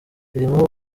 ririmo